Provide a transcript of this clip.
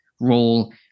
role